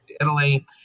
Italy